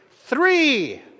Three